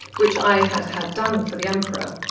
which i had had done for the emperor.